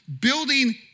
building